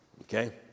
okay